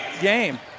game